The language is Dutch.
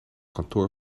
kantoor